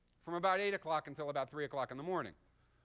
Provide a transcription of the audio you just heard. from about eight o'clock until about three o'clock in the morning.